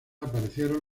aparecieron